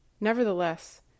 Nevertheless